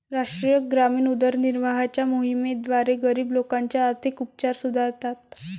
राष्ट्रीय ग्रामीण उदरनिर्वाहाच्या मोहिमेद्वारे, गरीब लोकांचे आर्थिक उपचार सुधारतात